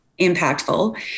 impactful